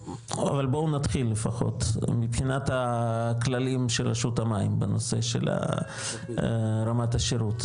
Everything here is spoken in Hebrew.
אבל בואו נתחיל לפחות מבחינת הכללים של רשות המים בנושא של רמת השירות.